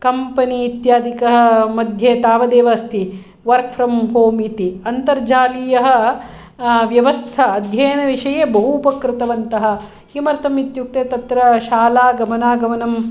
company इत्यादि मध्ये तावदेव अस्ति वर्क् फ़्रम् होम् इति अन्तरजालीयः व्यवस्था अध्ययनविषये बहु उपकृतवन्तः किमर्थम् इत्युक्ते तत्र शाला गमनागमनम्